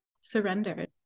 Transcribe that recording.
surrendered